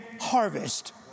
harvest